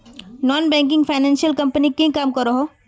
Non banking finance company की काम करोहो?